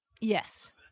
Yes